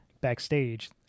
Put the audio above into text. backstage